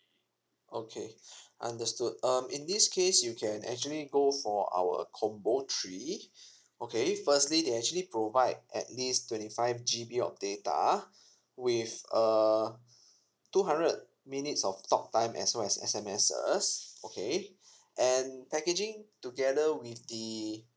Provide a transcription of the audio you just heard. okay understood um in this case you can actually go for our combo three okay firstly they actually provide at least twenty five G_B of data with err two hundred minutes of talk time as well as S_M_S's okay and packaging together with the